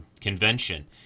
convention